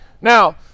Now